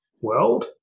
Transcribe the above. world